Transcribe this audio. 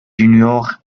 juniors